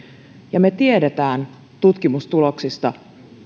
ja me tiedämme tutkimustuloksista